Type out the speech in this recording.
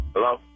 Hello